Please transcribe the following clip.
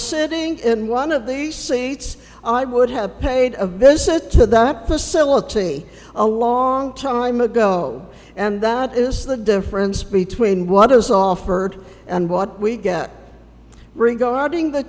sitting in one of these seats i would have paid a visit to that facility a long time ago and that is the difference between what is offered and what we get regarding the